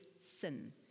sin